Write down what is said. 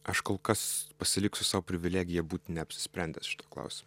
aš kol kas pasiliksiu sau privilegiją būti neapsisprendęs šiuo klausimu